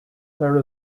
there